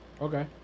Okay